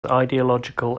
ideological